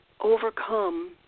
overcome